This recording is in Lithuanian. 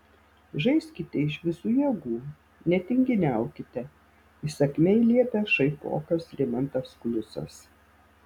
žaiskite iš visų jėgų netinginiaukite įsakmiai liepia šaipokas rimantas klusas